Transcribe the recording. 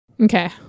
okay